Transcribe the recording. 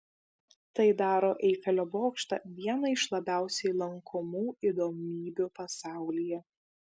tai daro eifelio bokštą viena iš labiausiai lankomų įdomybių pasaulyje